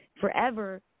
forever